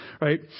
right